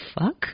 Fuck